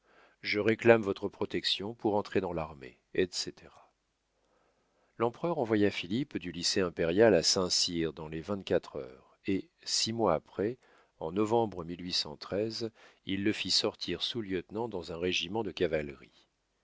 je réclame votre protection pour entrer dans l'armée etc l'empereur envoya philippe du lycée impérial à saint-cyr dans les vingt-quatre heures et six mois après en novembre il le fit sortir sous-lieutenant dans un régiment de cavalerie